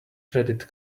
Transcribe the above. credit